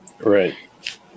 Right